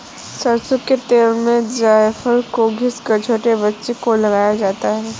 सरसों के तेल में जायफल को घिस कर छोटे बच्चों को लगाया जाता है